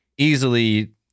Easily